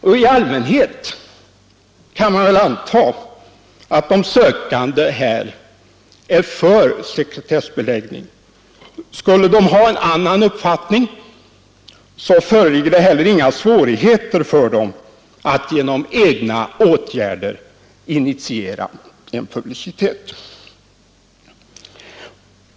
Och i allmänhet kan man väl anta att de sökande är för sekretessbeläggning. Skulle de ha en annan uppfattning föreligger det heller inga svårigheter för dem att genom egna åtgärder initiera en publicitet.